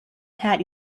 hat